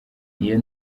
iyo